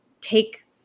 take